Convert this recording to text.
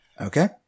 Okay